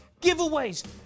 giveaways